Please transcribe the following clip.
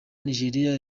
nigeria